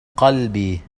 قلبي